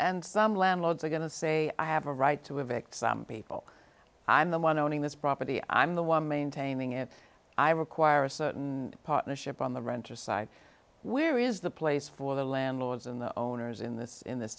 and some landlords are going to say i have a right to evict people i'm the one owning this property i'm the one maintaining it i require a certain partnership on the renter side where is the place for the landlords and the owners in this in this